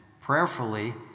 prayerfully